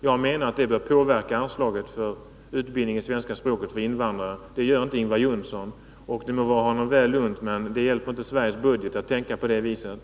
Jag menar att det bör påverka anslaget till utbildning i svenska för invandrare. Det menar inte Ingvar Johnsson. Det må vara honom obetaget, men det hjälper inte Sveriges budget att tänka på det viset.